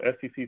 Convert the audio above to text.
SEC